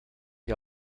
die